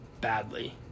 Badly